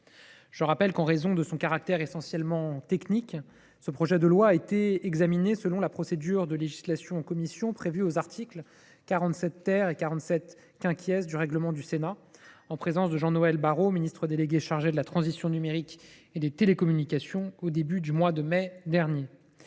Je rappelle que, en raison de son caractère essentiellement technique, ce projet de loi a été examiné selon la procédure de législation en commission prévue aux articles 47 à 47 du règlement du Sénat, en présence de Jean Noël Barrot, ministre délégué chargé de la transition numérique et des télécommunications, au début du mois de mai dernier.